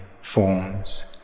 forms